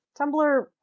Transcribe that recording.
Tumblr